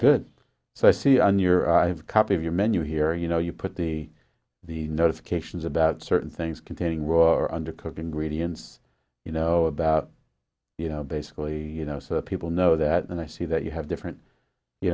good so i see in your copy of your menu here you know you put the the notifications about certain things containing row or undercooking gradients you know about you know basically you know so people know that and i see that you have different you